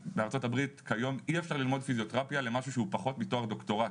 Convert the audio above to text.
שבארה"ב כיום אי אפשר ללמוד פיזיותרפיה למשהו שהוא פחות מתואר דוקטורט,